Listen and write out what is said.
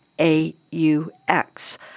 A-U-X